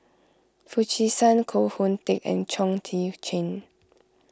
Foo Chee San Koh Hoon Teck and Chong Tze Chien